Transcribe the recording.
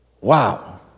Wow